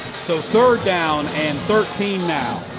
so third down and thirteen now.